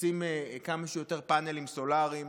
לשים כמה שיותר פאנלים סולאריים.